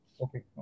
Okay